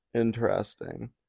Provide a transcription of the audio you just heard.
Interesting